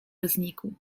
znikł